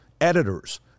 editors